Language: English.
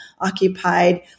occupied